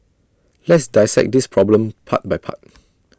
let's dissect this problem part by part